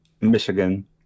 Michigan